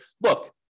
look